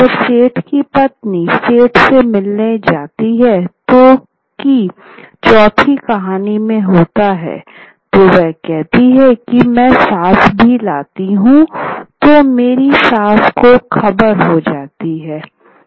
जब सेठ की पत्नी सेठ से मिलने जाती है जो की चौथी कहानी में होता है तो वह कहती है की " मैं सास भी लेती हूं तो मेरी सास को खबर हो जाती है"